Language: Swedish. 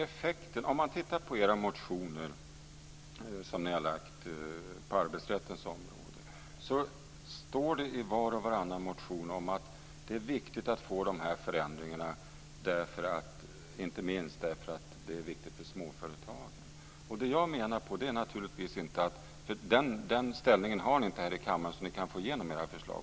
Fru talman! Man kan titta i de motioner som ni har lagt på arbetsrättens område. I var och varannan motion står det att det är viktigt att få de här förändringarna, inte minst därför att det är viktigt för småföretagen. Ni har inte sådan ställning här i kammaren att ni kan få igenom era förslag.